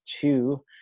two